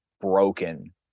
broken